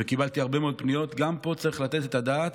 וקיבלתי הרבה מאוד פניות, גם פה צריך לתת את הדעת